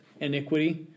iniquity